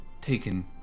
taken